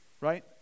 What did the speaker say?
Right